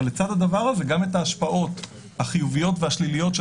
אבל לצד זה גם את ההשפעות החיוביות והשליליות של